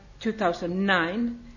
2009